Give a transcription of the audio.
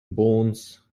bones